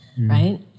right